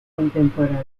contemporánea